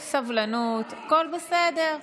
סבלנות, הכול בסדר.